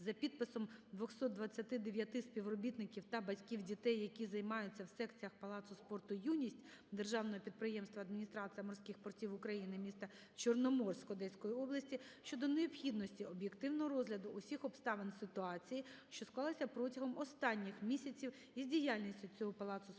за підписом 229 співробітників та батьків дітей, які займаються в секціях Палацу спорту "Юність" Державного підприємства "Адміністрація морських портів України" містаЧорноморськ Одеської області щодо необхідності об'єктивного розгляду усіх обставин ситуації, що склалася протягом останніх місяців із діяльністю цього Палацу спорту